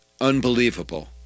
unbelievable